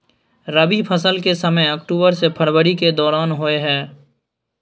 रबी फसल के समय अक्टूबर से फरवरी के दौरान होय हय